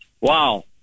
Wow